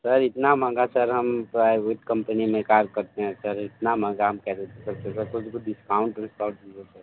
sir इतना महंगा sir हम प्राइवेट कंपनी में काम करते हैं सर इतना महंगा हम कैसे ले सकते हैं कुछ डिस्काउंट विसकाउंट दीजिए सर